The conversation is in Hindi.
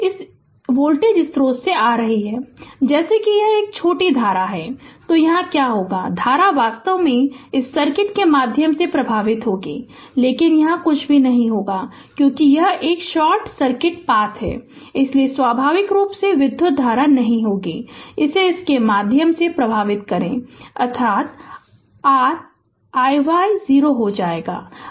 इस वोल्टेज स्रोत से आ रही है जैसे ही यह छोटा होता है तो क्या होगा धारा वास्तव में इस सर्किट के माध्यम से प्रवाहित होगी लेकिन यहां कुछ भी नहीं होगा क्योंकि यह एक शॉर्ट सर्किट पाथ है इसलिए स्वाभाविक रूप से विधुत धारा नहीं होगी इसे इसके माध्यम से प्रवाहित करें अर्थात r iy 0 हो जाएगा